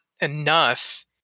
enough